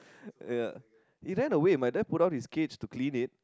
ya it ran away my dad pull down his cage to clean it